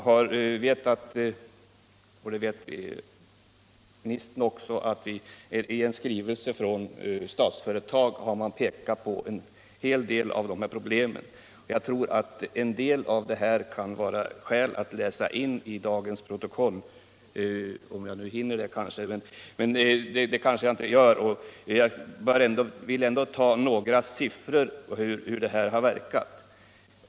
Jag vet — och det vet också energiministern — att Statsföretag i en skrivelse visat på dessa problem. En del av denna skrivelse kan det vara skäl att läsa in i protokollet, men det kanske jag inte hinner. Jag vill ändå med några siffror visa hur det här verkar.